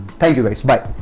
thank you, guys. bye.